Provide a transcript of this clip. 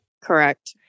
Correct